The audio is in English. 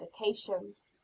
medications